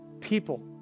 people